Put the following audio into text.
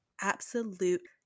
absolute